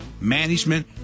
management